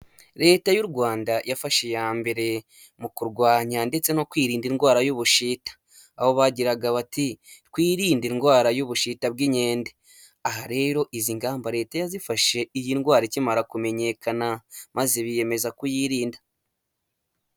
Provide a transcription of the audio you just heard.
Leta y'u Rwanda yafashe iya mbere mu kurwanya ndetse no kwirinda indwara y'ubushita, aho bagiraga bati:"Twirinde indwara y'ubushita bw'inkende." Aha rero izi ngamba Leta yazifashe iyi ndwara ikimara kumenyekana, maze biyemeza kuyirinda.